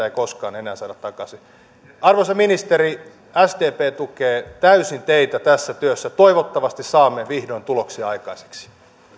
ei koskaan enää saada takaisin arvoisa ministeri sdp tukee täysin teitä tässä työssä toivottavasti saamme vihdoin tuloksia aikaiseksi